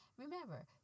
Remember